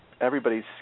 everybody's